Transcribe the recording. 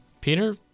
Peter